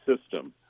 system